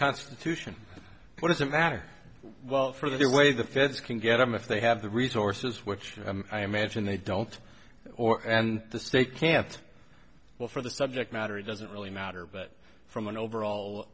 constitution but it's a matter well for the way the feds can get them if they have the resources which i imagine they don't or and the state can't well for the subject matter it doesn't really matter but from an overall